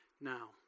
now